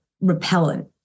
repellent